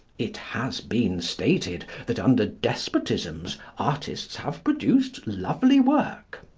it has been stated that under despotisms artists have produced lovely work.